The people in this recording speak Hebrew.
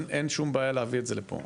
אין שום בעיה להביא את זה לפה.